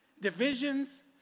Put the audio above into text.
divisions